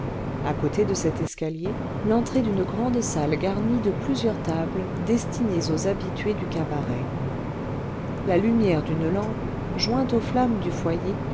à côté de cet escalier l'entrée d'une grande salle garnie de plusieurs tables destinées aux habitués du cabaret la lumière d'une lampe jointe aux flammes du foyer